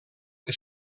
que